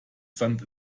sand